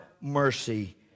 mercy